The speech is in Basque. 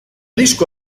disko